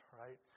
right